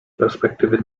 perspektywy